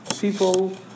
people